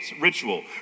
ritual